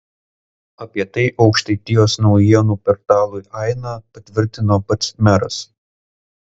apie tai aukštaitijos naujienų portalui aina patvirtino pats meras